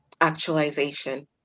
actualization